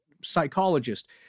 psychologist